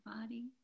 body